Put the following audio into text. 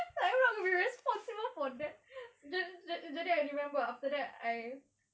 like I will be responsible for that jadi jadi I remember after that I